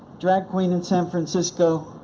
drag queen in san francisco,